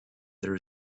there